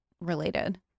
related